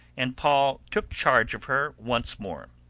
and paul took charge of her once more.